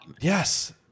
Yes